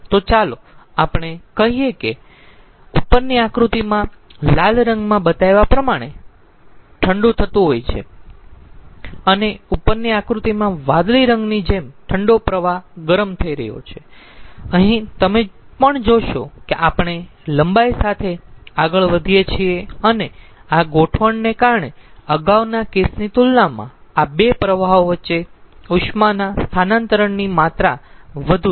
તો ચાલો આપણે કહીયે કે ઉપરની આકૃતિમાં લાલ રંગમાં બતાવ્યા પ્રમાણે ઠંડુ થતું હોય છે અને ઉપરની આકૃતિમાં વાદળી રંગની જેમ ઠંડો પ્રવાહ ગરમ થઈ રહ્યો છે અહીં તમે પણ જોશો કે આપણે લંબાઈ સાથે આગળ વધીએ છીએ અને આ ગોઠવણને કારણે અગાઉના કેસની તુલનામાં આ 2 પ્રવાહો વચ્ચે ઉષ્માના સ્થાનાંતરણની માત્રા વધુ છે